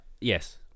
Yes